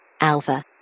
Alpha